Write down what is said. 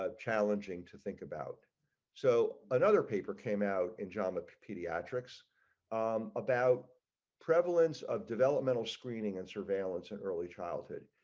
ah challenging to think about so another paper came out in jama pediatrics about prevalence of developmental screening and surveillance and early childhood.